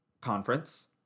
conference